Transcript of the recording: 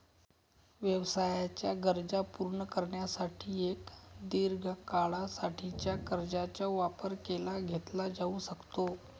व्यवसायाच्या गरजा पूर्ण करण्यासाठी एक दीर्घ काळा साठीच्या कर्जाचा वापर केला घेतला जाऊ शकतो